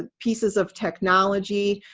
ah pieces of technology,